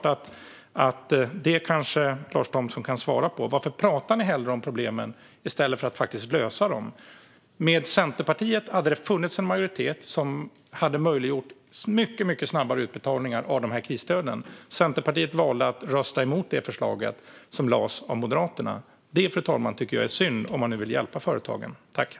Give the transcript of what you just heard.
Men Lars Thomsson kanske kan svara på varför man hellre pratar om problemen i stället för att faktiskt lösa dem. Med Centerpartiet hade det funnits en majoritet för att möjliggöra mycket snabbare utbetalningar av krisstöden. Centerpartiet valde att rösta emot det förslag som Moderaterna lade fram. Det tycker jag är synd om man nu vill hjälpa företagen, fru talman.